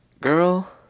girl